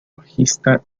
bajista